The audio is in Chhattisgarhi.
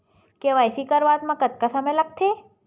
के.वाई.सी करवात म कतका समय लगथे?